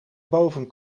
boven